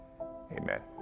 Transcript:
Amen